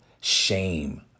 shame